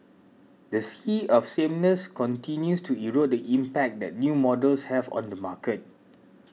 the sea of sameness continues to erode the impact that new models have on the market